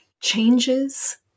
changes